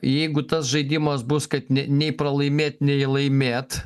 jeigu tas žaidimas bus kad nei pralaimėt nei laimėt